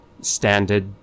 standard